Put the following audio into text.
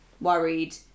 worried